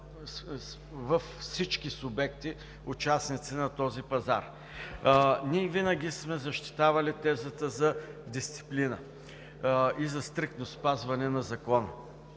на всички субекти, участници на този пазар. Ние винаги сме защитавали тезата за дисциплина и за стриктно спазване на Закона.